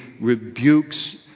rebukes